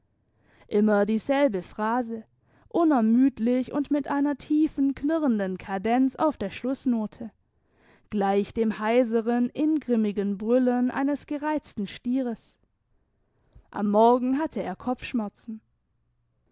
immer dieselbe phrase unermüdlich und mit einer tiefen knurrenden kadenz auf der schlussnote gleich dem heiseren ingrimmigen brüllen eines gereizten stieres am morgen hatte er kopfschmerzen